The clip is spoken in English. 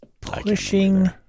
pushing